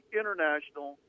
international